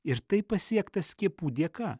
ir tai pasiekta skiepų dėka